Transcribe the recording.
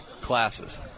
classes